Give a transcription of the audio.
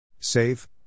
Save